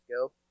go